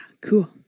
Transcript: cool